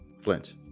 Flint